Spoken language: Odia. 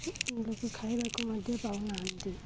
ଲୋକ ଖାଇବାକୁ ମଧ୍ୟ ପାଉନାହାନ୍ତି